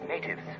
Natives